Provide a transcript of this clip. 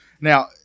Now